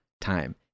time